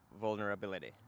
vulnerability